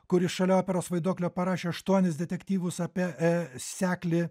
kuris šalia operos vaiduoklio parašė aštuonis detektyvus apie e seklį